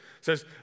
says